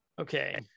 Okay